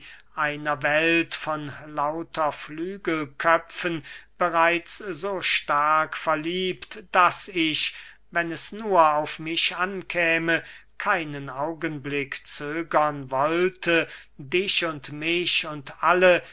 einer welt von lauter flügelköpfen bereits so stark verliebt daß ich wenn es nur auf mich ankäme keinen augenblick zögern wollte dich und mich und alle